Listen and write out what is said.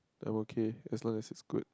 I am okay as long as it's good